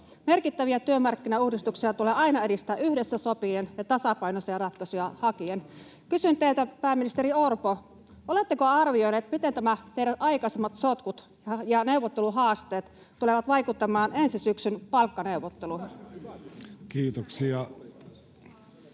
Merkittäviä työmarkkinauudistuksia tulee aina edistää yhdessä sopien [Perussuomalaisten ryhmästä: Tyhjä paperi!] ja tasapainoisia ratkaisuja hakien. Kysyn teiltä, pääministeri Orpo: oletteko arvioinut, miten nämä teidän aikaisemmat sotkunne ja neuvotteluhaasteenne tulevat vaikuttamaan ensi syksyn palkkaneuvotteluihin? [Antti